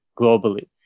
globally